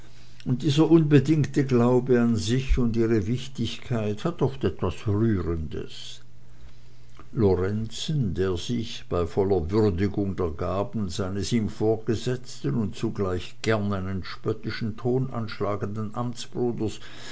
und dieser unbedingte glauben an sich und ihre wichtigkeit hat oft was rührendes lorenzen der sich bei voller würdigung der gaben seines ihm vorgesetzten und zugleich gern einen spöttischen ton anschlagenden amtsbruders